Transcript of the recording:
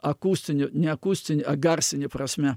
akustinį ne akustinį a garsinį prasme